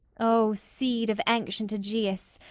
o seed of ancient aegeus,